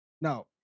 Now